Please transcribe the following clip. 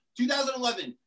2011